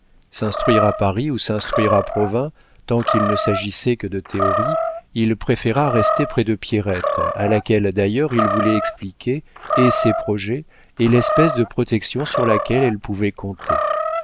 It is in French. s'instruire à paris ou s'instruire à provins tant qu'il ne s'agissait que de théorie il préféra rester près de pierrette à laquelle d'ailleurs il voulait expliquer et ses projets et l'espèce de protection sur laquelle elle pouvait compter